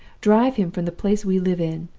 drive him from the place we live in,